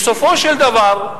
בסופו של דבר,